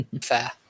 Fair